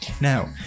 now